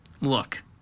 Look